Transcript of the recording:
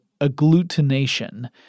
agglutination